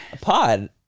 pod